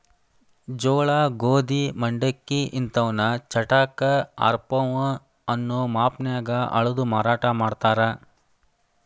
ಜೋಳ, ಗೋಧಿ, ಮಂಡಕ್ಕಿ ಇಂತವನ್ನ ಚಟಾಕ, ಆರಪೌ ಅನ್ನೋ ಮಾಪನ್ಯಾಗ ಅಳದು ಮಾರಾಟ ಮಾಡ್ತಾರ